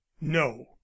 no